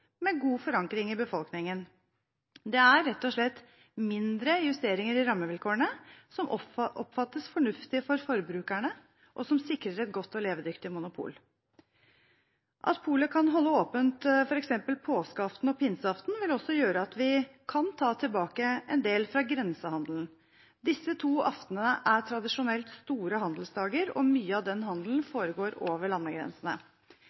med god forankring i befolkningen. Dette er rett og slett mindre justeringer i rammevilkårene, som oppfattes fornuftig av forbrukerne, og som sikrer et godt og levedyktig monopol. At polet kan holde åpent på f.eks. påskeaften og pinseaften, vil også gjøre at vi kan ta tilbake en del fra grensehandelen. Disse to aftenene er tradisjonelt store handelsdager, og mye av den handelen